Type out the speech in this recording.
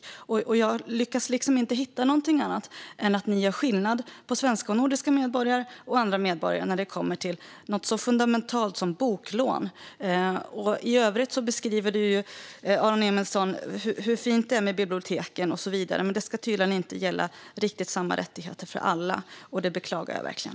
Men jag lyckas inte hitta någonting annat än att ni gör skillnad mellan å ena sidan svenska och nordiska medborgare och å andra sidan andra medborgare när det kommer till något så fundamentalt som boklån. I övrigt beskriver Aron Emilsson hur fint det är med biblioteken och så vidare. Men samma rättigheter ska tydligen inte gälla alla, och det beklagar jag verkligen.